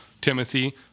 Timothy